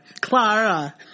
Clara